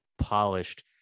polished